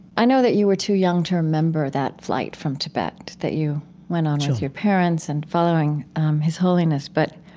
i know that you were too young to remember that flight from tibet that you went on with your parents, and following his holiness, but